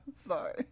sorry